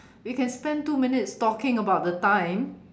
we can spend two minutes talking about the time